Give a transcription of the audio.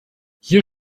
hier